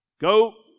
Go